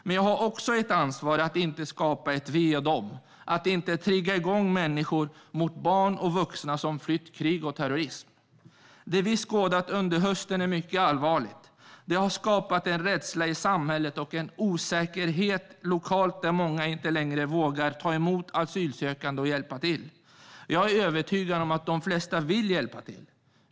Men jag har också ett ansvar att inte skapa ett vi och de, att inte trigga igång människor mot barn och vuxna som har flytt krig och terrorism. Det vi har skådat under hösten är mycket allvarligt. Det har skapat en rädsla i samhället och en osäkerhet lokalt där många inte längre vågar ta emot asylsökande och hjälpa till. Jag är övertygad om att de flesta vill hjälpa till.